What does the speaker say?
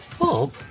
Bob